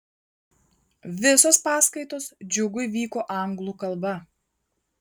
visos paskaitos džiugui vyko anglų kalba